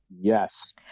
Yes